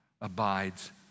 abides